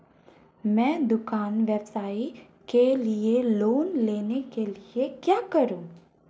मैं दुकान व्यवसाय के लिए लोंन लेने के लिए क्या करूं?